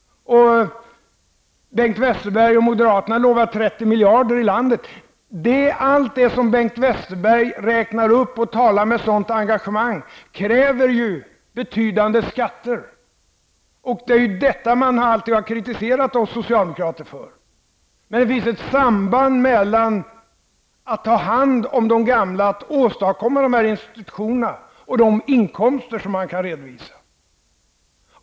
Bengt Westerberg och moderaterna lovar sänkningar på 30 miljarder i landet. Allt det som Bengt Westerberg räknar upp och talar med sådant engagemang om kräver betydande skatter. Det är detta man alltid har kritiserat oss socialdemokrater för. Det finns ett samband mellan att ta hand om de gamla och åstadkomma de där institutionerna och de inkomster man kan redovisa.